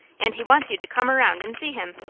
and he wants you to come around and see him.